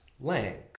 length